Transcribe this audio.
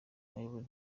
ayobora